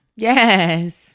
Yes